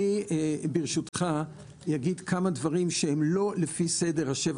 אני ברשותך אגיד כמה דברים שהם לא לפי סדר שבע